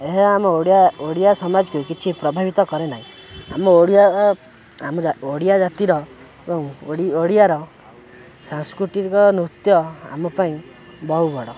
ଏହା ଆମ ଓଡ଼ିଆ ଓଡ଼ିଆ ସମାଜକୁ କିଛି ପ୍ରଭାବିତ କରେ ନାହିଁ ଆମ ଓଡ଼ିଆ ଆମ ଓଡ଼ିଆ ଜାତିର ଏବଂ ଓଡ଼ିଆର ସାଂସ୍କୃତିକ ନୃତ୍ୟ ଆମ ପାଇଁ ବହୁ ବଡ଼